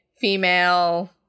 female